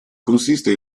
consiste